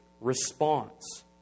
response